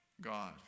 God